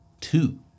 two